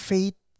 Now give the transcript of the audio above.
Faith